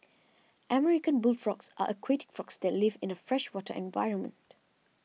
American bullfrogs are aquatic frogs that live in a freshwater environment